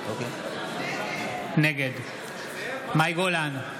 נגד מאי גולן,